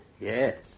Yes